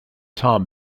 tom